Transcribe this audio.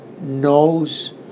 knows